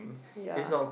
ya